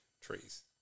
Trees